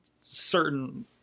certain